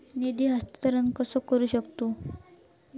निधी हस्तांतर कसा करू शकतू?